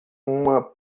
uma